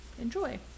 enjoy